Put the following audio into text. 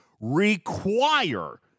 require